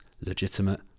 legitimate